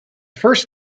first